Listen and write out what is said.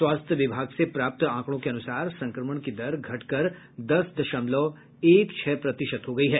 स्वास्थ्य विभाग से प्राप्त आंकड़ों के अनुसार संक्रमण की दर घटकर दस दशमलव एक छह प्रतिशत हो गयी है